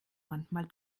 manchmal